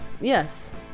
Yes